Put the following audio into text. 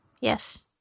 yes